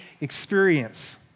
experience